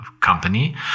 company